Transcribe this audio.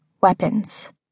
Weapons